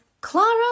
Clara